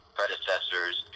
predecessor's